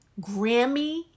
Grammy